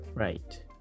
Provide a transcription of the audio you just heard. Right